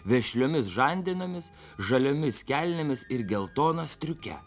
vešliomis žandenomis žaliomis kelnėmis ir geltona striuke